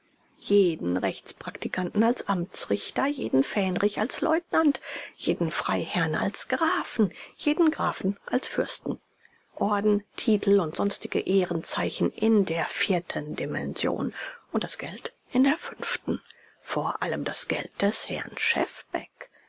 jeden rechtspraktikanten als amtsrichter jeden fähnrich als leutnant jeden freiherrn als grafen jeden grafen als fürsten orden titel und sonstige ehrenzeichen in der vierten dimension und das geld in der fünften vor allem das geld des herrn